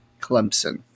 Clemson